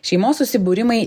šeimos susibūrimai